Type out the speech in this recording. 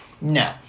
No